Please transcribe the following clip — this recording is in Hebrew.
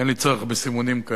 אין לי צורך בסימונים כאלה,